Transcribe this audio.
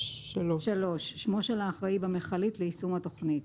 שמו של האחראי במכלית ליישום התכנית.